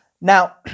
Now